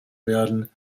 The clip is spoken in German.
werden